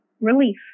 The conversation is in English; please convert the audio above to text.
relief